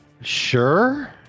sure